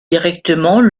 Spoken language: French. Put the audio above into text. directement